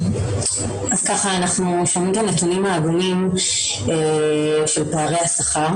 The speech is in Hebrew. אנחנו שומעים את הנתונים העגומים של פערי השכר